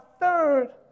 third